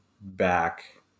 back